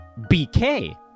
BK